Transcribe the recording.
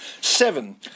Seven